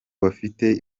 bafite